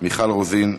מיכל רוזין,